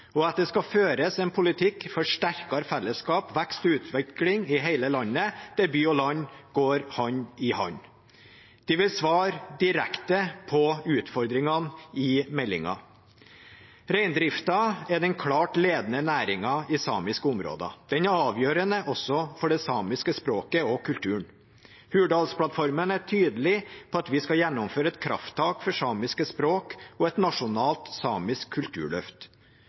og at det skal føres en politikk for sterkere fellesskap, vekst og utvikling i hele landet, der by og land går hand i hand. Det vil svare direkte på utfordringene i meldingen. Reindrifta er den klart ledende næringen i samiske områder. Den er avgjørende også for det samiske språket og kulturen. Hurdalsplattformen er tydelig på at vi skal gjennomføre et krafttak for samiske språk og et nasjonalt samisk kulturløft.